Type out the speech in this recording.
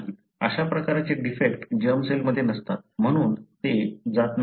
अशा प्रकारचे defect germ cell मध्ये नसतात म्हणून ते जात नाही